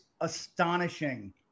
astonishing